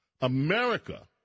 America